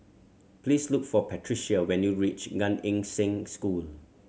please look for Patrica when you reach Gan Eng Seng School